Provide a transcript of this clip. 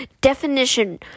Definition